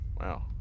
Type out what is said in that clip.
Wow